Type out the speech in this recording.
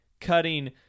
cutting